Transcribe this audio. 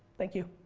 thank you.